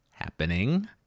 happening